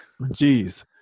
Jeez